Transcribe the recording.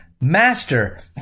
Master